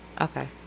Okay